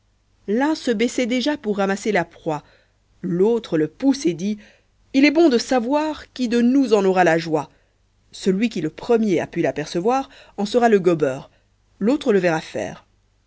l'un se baissait déjà pour amasser la proie l'autre le pousse et dit il est bon de savoir qui de nous en aura la joie celui qui le premier a pu l'apercevoir en sera le gobeur l'autre le verra faire